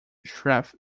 sheath